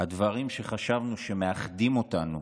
הדברים שחשבנו שמאחדים אותנו